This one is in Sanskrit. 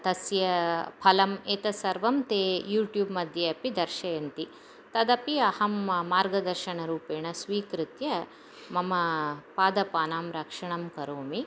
तस्य फलम् एतत् सर्वं ते यूट्यूब्मध्ये अपि दर्शयन्ति तदपि अहं मार्गदर्शनरूपेण स्वीकृत्य मम पादपानां रक्षणं करोमि